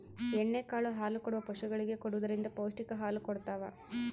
ಎಣ್ಣೆ ಕಾಳು ಹಾಲುಕೊಡುವ ಪಶುಗಳಿಗೆ ಕೊಡುವುದರಿಂದ ಪೌಷ್ಟಿಕ ಹಾಲು ಕೊಡತಾವ